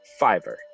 Fiverr